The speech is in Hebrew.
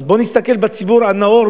אז בוא ונסתכל בציבור "הנאור",